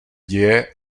děje